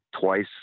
twice